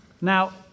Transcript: now